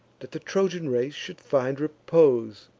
that the trojan race should find repose,